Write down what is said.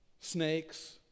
snakes